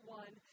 one